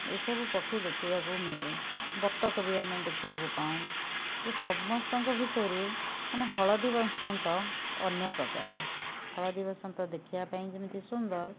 ଏହି ସବୁ ପକ୍ଷୀ ଦେଖିବାକୁ ମିଳେ ବତକ ବି ଆମେ ଦେଖିବାକୁ ପାଉ ଯେ ସମସ୍ତଙ୍କ ଭିତରୁ ମାନେ ହଳଦୀ ବସନ୍ତ ଅନ୍ୟ ପ୍ରକାରର ହଳଦୀ ବସନ୍ତ ଦେଖିବା ପାଇଁ ଯେମିତି ସୁନ୍ଦର